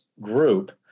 group